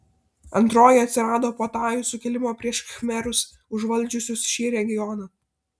antroji atsirado po tajų sukilimo prieš khmerus užvaldžiusius šį regioną